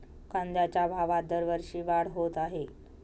कांद्याच्या भावात दरवर्षी वाढ होत आहे